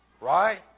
Right